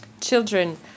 children